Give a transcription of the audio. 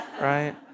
right